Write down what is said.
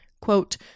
quote